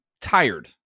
tired